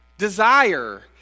desire